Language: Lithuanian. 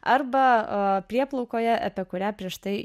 arba prieplaukoje apie kurią prieš tai